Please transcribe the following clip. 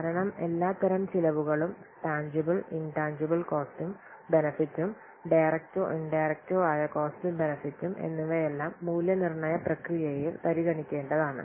കാരണം എല്ലാത്തരം ചെലവുകളും ടാൻജിബിൽ ഇൻടാൻജിബിൽ കോസ്റ്റും ബെനെഫിട്ടും ടെറെക്ടോ ഇൻടെറെക്ടോ ആയ കോസ്റ്റും ബെനെഫിട്ടും എന്നിവയെല്ലാം മൂല്യനിർണ്ണയ പ്രക്രിയയിൽ പരിഗണിക്കേണ്ടതാണ്